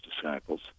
disciples